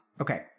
Okay